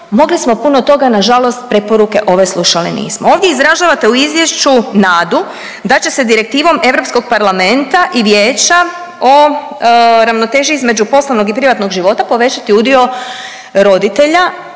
mogli smo puno toga nažalost, preporuke ove slušali nismo. Ovdje izražavate u Izvješću nadu da će se Direktivom Europskog parlamenta i Vijeća o ravnoteži između poslovnog i privatnog života povećati udio roditelja,